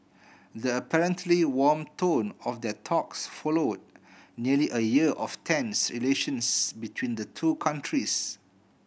the apparently warm tone of their talks follower nearly a year of tense relations between the two countries